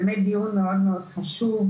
באמת דיון מאוד מאוד חשוב,